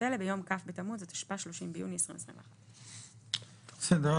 אלה ביום כ' בתמוז התשפ"א (30 ביוני 2021)". בסדר.